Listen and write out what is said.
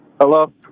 Hello